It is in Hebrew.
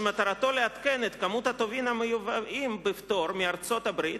שמטרתו לעדכן את כמות הטובין המיובאים בפטור מארצות-הברית